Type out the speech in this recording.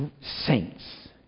saints